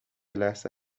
لحظه